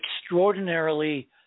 extraordinarily